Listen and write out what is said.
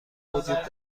وجود